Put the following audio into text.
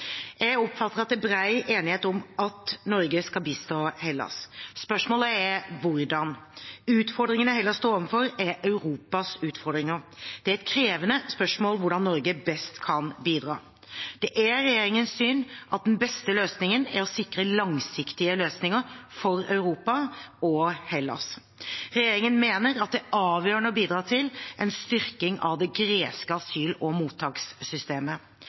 Jeg oppfatter at det er bred enighet om at Norge skal bistå Hellas. Spørsmålet er hvordan. Utfordringene Hellas står overfor, er Europas utfordringer, og det er et krevende spørsmål hvordan Norge best kan bidra. Regjeringens syn er at den beste løsningen er å sikre langsiktige løsninger for Europa og Hellas. Regjeringen mener det er avgjørende å bidra til en styrking av det greske asyl- og mottakssystemet.